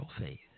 faith